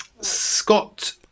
Scott